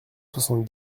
soixante